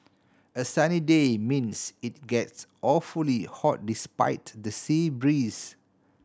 a sunny day means it gets awfully hot despite the sea breeze